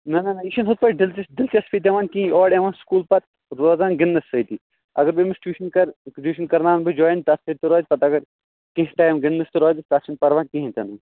نہ نہ نہ یہِ چھُنہٕ ہُتھ پٲٹھۍ دِلچ دِلچَسپی دِوان کِہیٖنۍ اورٕ یِوان سکوٗل پَتہٕ روزان گِنٛدنَس سۭتی اگر بہٕ أمِس ٹیوٗشَن کَرٕ ٹیوٗشَن کَرناوَان بہٕ جویِن تَتھ سۭتۍ تہِ روزِ پَتہٕ اگر کینٛہہ ٹایم گِنٛدنَس تہِ روزِ تَتھ چھُنہٕ پَرواے کِہیٖنۍ تہِ نہٕ